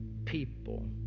People